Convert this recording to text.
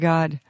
God